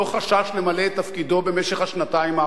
למלא את תפקידו במשך השנתיים האחרונות.